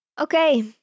okay